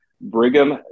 Brigham